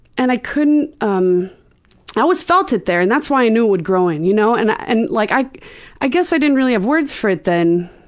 and i couldn't, um i always felt it there and that's why i knew it would grow in. you know and i and like i guess i didn't really have words for it then.